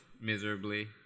miserably